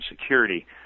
security